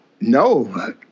No